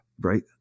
right